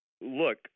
look